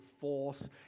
force